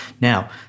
now